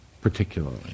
particularly